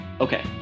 Okay